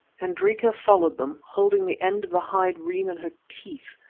hendrika followed them, holding the end of the hide reim in her teeth,